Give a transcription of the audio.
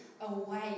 away